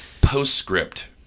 postscript